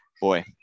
boy